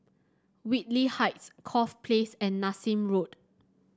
Whitley Heights Corfe Place and Nassim Road